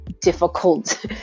difficult